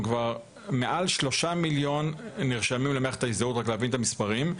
יש כבר מעל שלושה מיליון נרשמים למערכת ההזדהות רק להבין את המספרים.